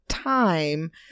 time